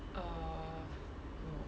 err no